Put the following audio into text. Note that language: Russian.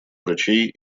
врачей